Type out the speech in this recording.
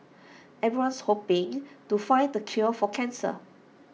everyone's hoping to find the cure for cancer